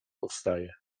powstaje